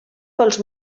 pels